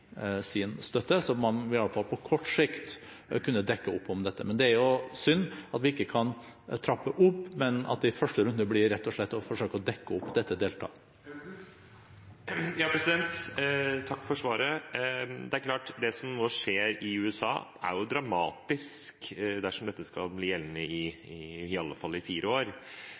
støtte, så man vil iallfall på kort sikt kunne dekke opp dette. Det er synd at vi ikke kan trappe opp, men at det i første runde rett og slett blir å forsøke å dekke opp dette deltaet. Takk for svaret. Det er klart at det som nå skjer i USA, er dramatisk dersom dette skal bli gjeldende i hvert fall i fire år.